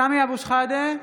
(קוראת בשמות חברי הכנסת) סמי אבו שחאדה,